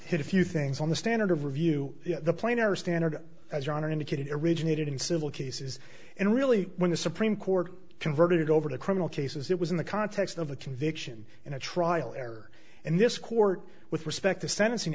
hit a few things on the standard of review the plan or standard as your honor indicated originated in civil cases and really when the supreme court converted over to criminal cases it was in the context of a conviction in a trial error and this court with respect to sentencing